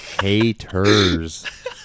haters